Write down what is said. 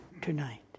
tonight